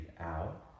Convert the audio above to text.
out